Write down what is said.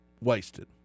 wasted